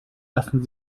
lassen